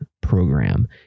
program